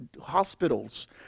hospitals